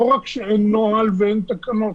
לא רק שאין נוהל ואין תקנות,